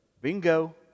bingo